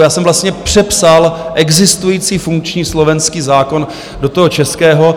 Já jsem vlastně přepsal existující funkční slovenský zákon do toho českého.